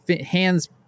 hands